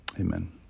Amen